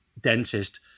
dentist